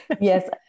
yes